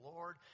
Lord